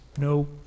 No